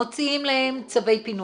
מוציאים להן צווי פינוי.